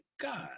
God